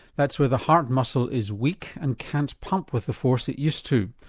that's where the heart muscle is weak and can't pump with the force it used to.